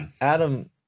Adam